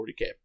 40K